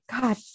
God